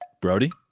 Brody